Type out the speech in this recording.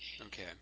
Okay